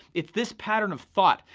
it's this pattern of thought.